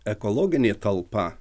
ekologinė talpa